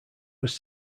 was